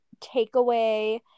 takeaway